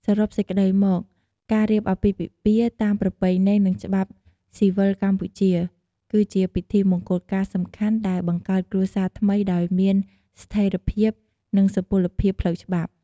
សរុបសេចក្តីមកការរៀបអាពាហ៍ពិពាហ៍តាមប្រពៃណី និងច្បាប់ស៊ីវិលកម្ពុជា គឺជាពិធីមង្គលការសំខាន់ដែលបង្កើតគ្រួសារថ្មីដោយមានស្ថេរភាព និង សុពលភាពផ្លូវច្បាប់។